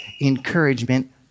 encouragement